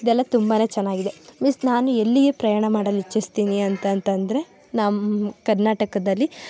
ಇದೆಲ್ಲ ತುಂಬಾ ಚೆನ್ನಾಗಿದೆ ಮಿಸ್ ನಾನು ಎಲ್ಲಿಯೇ ಪ್ರಯಾಣ ಮಾಡಲು ಇಚ್ಛಿಸ್ತೀನಿ ಅಂತಂತಂದರೆ ನಮ್ಮ ಕರ್ನಾಟಕದಲ್ಲಿ